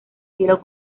cielo